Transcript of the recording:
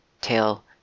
tail